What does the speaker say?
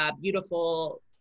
beautiful